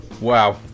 Wow